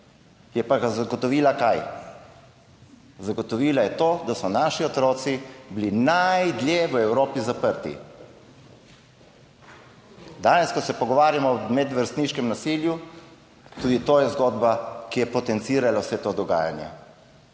Je pa zagotovila kaj? Zagotovila je to, da so naši otroci bili najdlje v Evropi zaprti. Danes, ko se pogovarjamo o medvrstniškem nasilju, tudi to je zgodba, ki je potencirala vse to dogajanje.